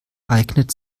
eignet